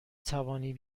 توانیم